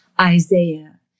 Isaiah